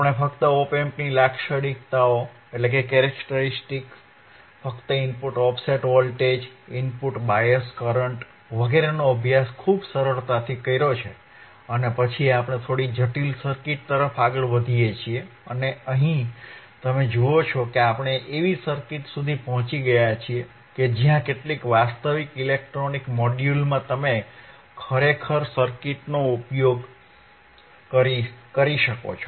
આપણે ફક્ત op amp ની લાક્ષણિકતાઓ ફક્ત input offset voltage input bias current વગેરેનો અભ્યાસ ખુબ સરળતાથી કર્યો છે અને પછી આપણે થોડી જટિલ સર્કિટ તરફ આગળ વધીએ છીએ અને અહીં તમે જુઓ છો કે આપણે એવી સર્કિટ સુધી પહોંચી ગયા છીએ કે જ્યાં કેટલાક વાસ્તવિક ઇલેક્ટ્રોનિક મોડ્યુલમાં તમે ખરેખર સર્કિટનો ઉપયોગ કરી શકો છો